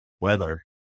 weather